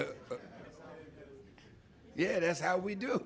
yeah that's how we do